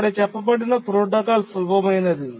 ఇక్కడ చెప్పబడిన ప్రోటోకాల్ సులభమైనది